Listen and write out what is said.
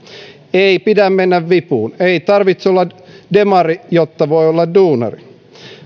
ei pidä mennä vipuun ei tarvitse olla demari jotta voi olla duunari